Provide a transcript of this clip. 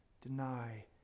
deny